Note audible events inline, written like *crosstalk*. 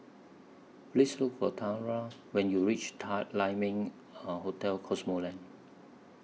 Please Look For Tamra when YOU REACH Ta Lai Ming *hesitation* Hotel Cosmoland